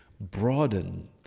broaden